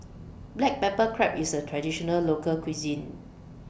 Black Pepper Crab IS A Traditional Local Cuisine